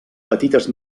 petites